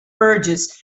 urges